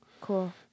Cool